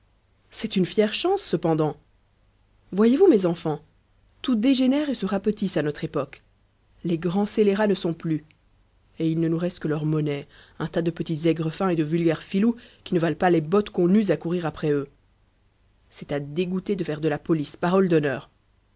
c'est une fière chance cependant voyez-vous mes enfants tout dégénère et se rapetisse à notre époque les grands scélérats ne sont plus et il ne nous reste que leur monnaie un tas de petits aigrefins et de vulgaires filous qui ne valent pas les bottes qu'on use à courir après eux c'est à dégoûter de faire de la police parole d'honneur